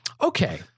okay